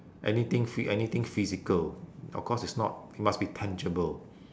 anything phy~ anything physical of course it's not it must be tangible